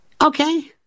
Okay